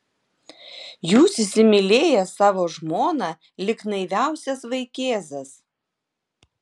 jūs įsimylėjęs savo žmoną lyg naiviausias vaikėzas